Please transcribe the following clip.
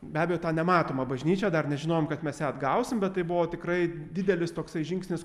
be abejo tą nematomą bažnyčią dar nežinojom kad mes ją atgausim bet tai buvo tikrai didelis toksai žingsnis